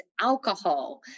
alcohol